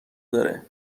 داره